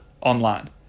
online